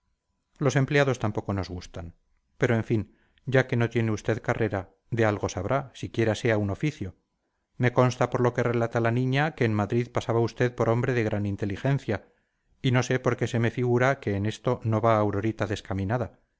los empleados tampoco nos gustan pero en fin ya que no tiene usted carrera de algo sabrá siquiera sea un oficio me consta por lo que relata la niña que en madrid pasaba usted por hombre de gran inteligencia y no sé por qué se me figura que en esto no va aurorita descaminada